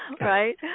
right